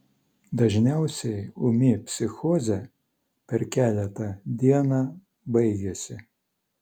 dažniausiai ūmi psichozė per keletą dieną baigiasi